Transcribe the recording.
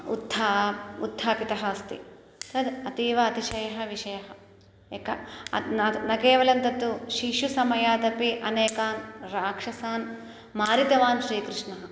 उत्था उत्थापितः अस्ति तत् अतीव अतिशयः विषयः एक न केवलं तत्तु शिशु समयादपि अनेकान् राक्षसान् मारितवान् श्रीकृष्णः